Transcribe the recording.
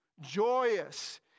joyous